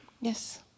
Yes